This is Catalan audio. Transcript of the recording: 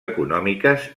econòmiques